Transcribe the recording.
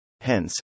Hence